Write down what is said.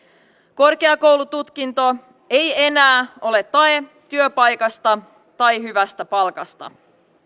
korkeakoulututkinto ei enää ole tae työpaikasta tai hyvästä palkasta